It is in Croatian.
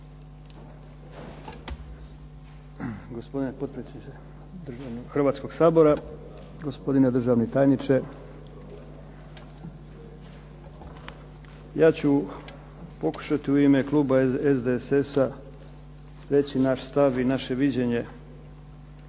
Gospodine potpredsjedniče Hrvatskog sabora, gospodine državni tajniče. Ja ću pokušati u ime kluba SDSS-a reći naš stav i naše viđenje